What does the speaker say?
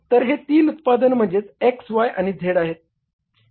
तर हे तीन उत्पादन म्हणजे X Y आणि Z आहेत